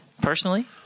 personally